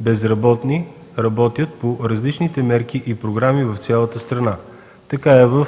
безработни работят по различните мерки и програми в цялата страна. Така е в